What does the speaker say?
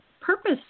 purpose